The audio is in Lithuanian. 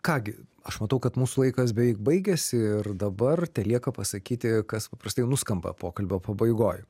ką gi aš matau kad mūsų laikas beveik baigėsi ir dabar telieka pasakyti kas paprastai nuskamba pokalbio pabaigoj